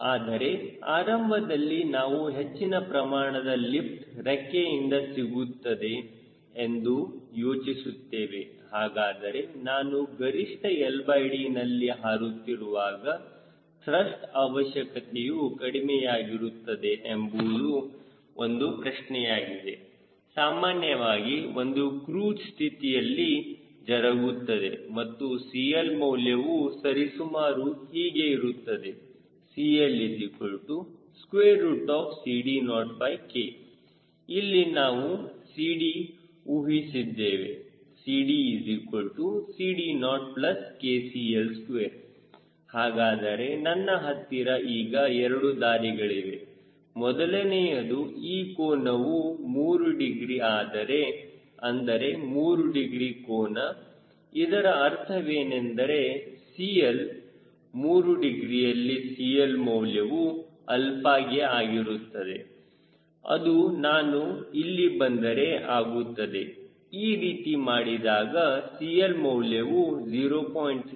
ಆದರೆ ಆರಂಭದಲ್ಲಿ ನಾವು ಹೆಚ್ಚಿನ ಪ್ರಮಾಣದ ಲಿಫ್ಟ್ ರೆಕ್ಕೆಯಿಂದ ಸಿಗುತ್ತದೆ ಎಂದು ಯೋಚಿಸುತ್ತೇವೆ ಹಾಗಾದರೆ ನಾನು ಗರಿಷ್ಠ LDನಲ್ಲಿ ಹಾರುತ್ತಿರುವಾಗ ತ್ರಸ್ಟ್ ಅವಶ್ಯಕತೆಯು ಕಡಿಮೆಯಾಗಿರುತ್ತದೆ ಎಂಬುವುದು ಒಂದು ಪ್ರಶ್ನೆಯಾಗಿದೆ ಸಾಮಾನ್ಯವಾಗಿ ಇದು ಕ್ರೂಜ್ ಸ್ಥಿತಿಯಲ್ಲಿ ಜರಗುತ್ತದೆ ಮತ್ತು CL ಮೌಲ್ಯವು ಸರಿಸುಮಾರು ಹೀಗೆ ಇರುತ್ತದೆ CLCD0K ಇಲ್ಲಿ ನಾವು CD ಊಹಿಸಿದ್ದೆವೆ CDCD0KCL2 ಹಾಗಾದರೆ ನನ್ನ ಹತ್ತಿರ ಈಗ ಎರಡು ದಾರಿಗಳಿವೆ ಮೊದಲನೆಯದು ಈ ಕೋನವು 3 ಡಿಗ್ರಿ ಆದರೆ ಅಂದರೆ 3 ಡಿಗ್ರಿ ಕೋನ ಇದರ ಅರ್ಥವೇನೆಂದರೆ CL 3 ಡಿಗ್ರಿಯಲ್ಲಿ CL ಮೌಲ್ಯವು 𝛼ಗೆ ಆಗಿರುತ್ತದೆ ಅದು ನಾನು ಇಲ್ಲಿ ಬಂದರೆ ಆಗುತ್ತದೆ ಈ ರೀತಿ ಮಾಡಿದಾಗ CL ಮೌಲ್ಯವು 0